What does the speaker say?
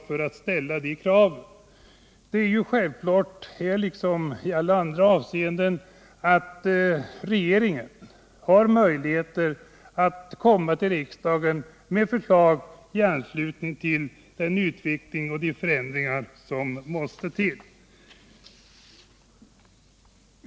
Det är naturligtvis här, liksom i andra avseenden, så att regeringen har möjligheter att komma till riksdagen med förslag i anslutning till utvecklingen och till de förändringar som behöver vidtas.